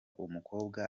umukobwa